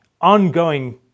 ongoing